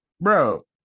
bro